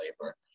labor